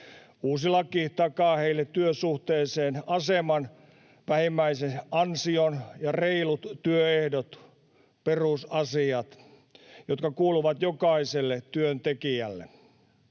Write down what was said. Uusi laki takaa heille työsuhteisen aseman, vähimmäisansion ja reilut työehdot — perusasiat, jotka kuuluvat jokaiselle työntekijälle.